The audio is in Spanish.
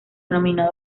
nominado